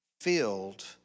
filled